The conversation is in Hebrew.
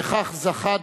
וכך זכה,